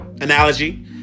analogy